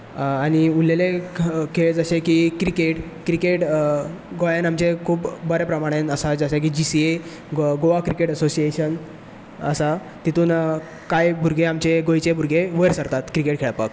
आनी उरलेले खेळ जशें की क्रिकेट क्रिकेट गोंयांत आमच्या खूब बऱ्या प्रमाणान आसा जशें की जीसीए गोवा क्रिकेट असोसिएशन आसा तितून कांय भुरगे आमचे गोंयचे भुरगे वयर सरतात क्रिकेट खेळपाक